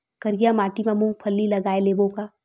करिया माटी मा मूंग फल्ली लगय लेबों का?